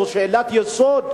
זו שאלת יסוד,